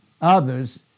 others